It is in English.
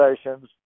stations